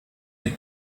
inn